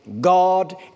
God